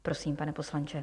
Prosím, pane poslanče.